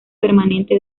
permanente